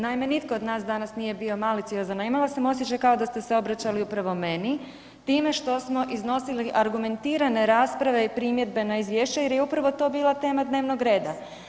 Naime, nitko od nas danas nije bio maliciozan a imala sam osjećaj kao da ste obraćali upravo meni time što smo iznosili argumentirane rasprave i primjedbe na izvješće jer je upravo to bila tema dnevnog reda.